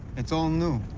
it's all new.